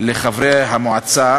לחברי מועצה).